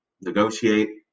negotiate